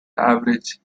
average